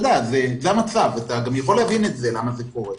אתה יכול להבין למה זה קורה.